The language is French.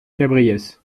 cabriès